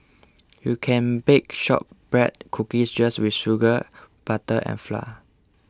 you can bake Shortbread Cookies just with sugar butter and flour